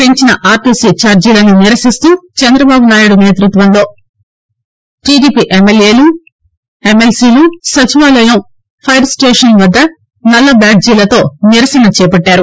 పెంచిన ఆర్టీటీ ఛార్షీలను నిరసిస్తూ చంద్రబాబు నాయకత్వంలో టీడీపీ ఎమ్మెల్యేలు ఎమ్మెల్సీలు సచివాలయం ఫైర్ స్టేషన్ వద్ద నల్లబ్యాద్జీలతో నిరసన చేపట్టారు